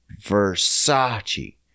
Versace